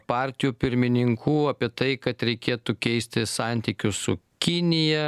partijų pirmininkų apie tai kad reikėtų keisti santykius su kinija